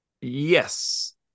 Yes